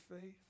faith